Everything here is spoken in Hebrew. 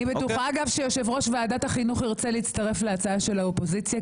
אני בטוחה שיושב-ראש ועדת החינוך ירצה להצטרף להצעה של האופוזיציה,